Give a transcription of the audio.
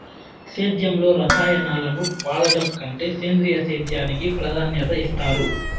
సేద్యంలో రసాయనాలను వాడడం కంటే సేంద్రియ సేద్యానికి ప్రాధాన్యత ఇస్తారు